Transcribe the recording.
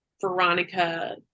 Veronica